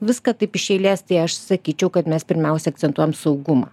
viską taip iš eilės tai aš sakyčiau kad mes pirmiausia akcentuojam saugumą